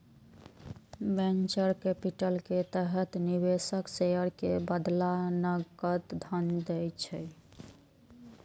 venture capital के तहत निवेशक शेयर के बदला नकद धन दै छै